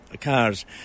Cars